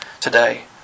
today